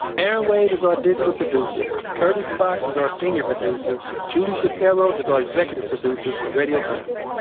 erin wade is our digital producer, curtis fox is our senior producer, julie shapiro is our executive producer for radiotopia